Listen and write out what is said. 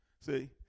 See